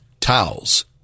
Towels